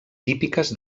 típiques